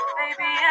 baby